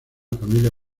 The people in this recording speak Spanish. familia